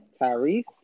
Tyrese